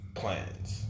plans